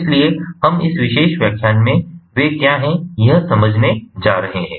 इसलिए हम इस विशेष व्याख्यान में वे क्या हैं यह समझने जा रहे हैं